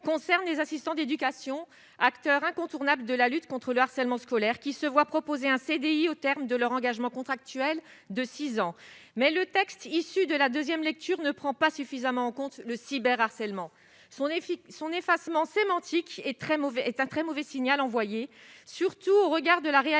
concerne les assistants d'éducation, acteur incontournable de la lutte contre le harcèlement scolaire qui se voient proposer un CDI au terme de leur engagement contractuel de 6 ans mais le texte issu de la 2ème lecture ne prend pas suffisamment en compte le cyber harcèlement son effet son effacement sémantique et très mauvais est un très mauvais signal envoyé, surtout au regard de la réalité